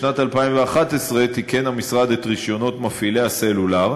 בשנת 2011 תיקן המשרד את רישיונות מפעילי הסלולר